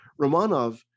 Romanov